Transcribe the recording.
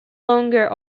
longer